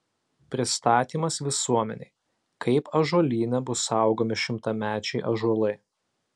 pristatymas visuomenei kaip ąžuolyne bus saugomi šimtamečiai ąžuolai